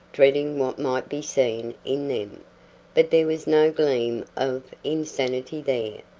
dreading what might be seen in them. but there was no gleam of insanity there,